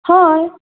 हय